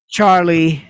Charlie